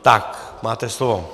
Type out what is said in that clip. Tak, máte slovo.